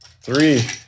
three